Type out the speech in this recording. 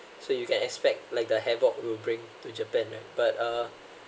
so you can expect like the havoc would bring to japan right but uh